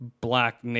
black